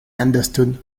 understood